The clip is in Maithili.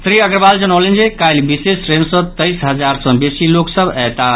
श्री अग्रवाल जनौलनि जे काल्हि विशेष ट्रेन सँ तईस हजार सँ बेसी लोक सभ अयताह